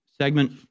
segment